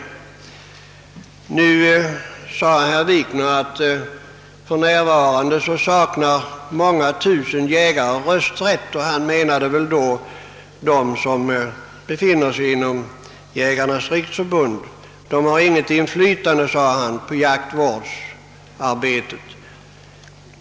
Herr Wikner sade att många tusen jägare för närvarande saknar rösträtt — han menade väl dem som tillhör Jägarnas riksförbund — och inte har något inflytande på jaktvårdsarbetet.